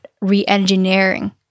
re-engineering